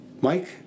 Mike